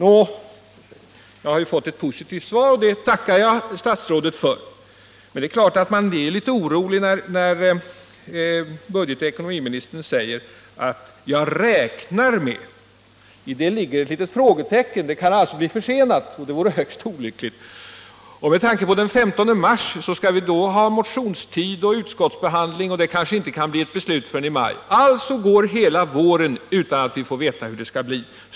Nå, jag har fått ett positivt svar, och det tackar jag statsrådet för. Men det är klart att man blir litet orolig när budgetoch ekonomiministern säger ”jag räknar med”. I det ligger ett litet frågetecken — det kan alltså bli försenat, och det vore högst olyckligt. Efter den 15 mars skall vi ha motionstid och utskottsbehandling, och det kanske inte kan bli beslut förrän i maj. Alltså går hela våren utan att vi får veta hur det skall bli.